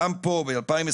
גם פה ב-2022,